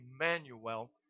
Emmanuel